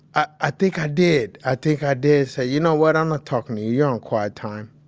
i i think i did. i think i did say, you know what? i'm not talking to you. you're on quiet time.